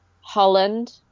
Holland